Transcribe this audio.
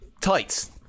tights